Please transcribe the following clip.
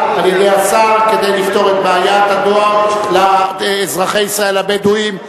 כדי לפתור את בעיית הדואר לאזרחי ישראל הבדואים.